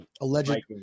alleged